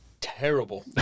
terrible